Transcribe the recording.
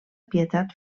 pietat